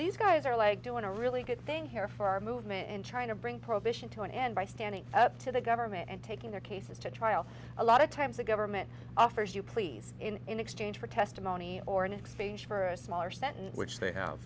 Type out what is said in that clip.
these guys are like doing a really good thing here for our movement and trying to bring prohibition to an end by standing up to the government and taking their cases to trial a lot of times the government offers you please in exchange for testimony or in exchange for a smaller sentence which they